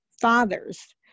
Fathers